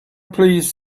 please